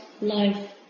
life